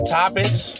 topics